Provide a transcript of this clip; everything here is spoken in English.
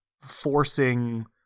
forcing